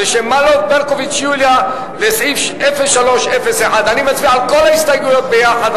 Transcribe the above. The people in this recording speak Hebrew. ושמאלוב-ברקוביץ יוליה לסעיף 0301. אני מצביע על כל ההסתייגויות ביחד,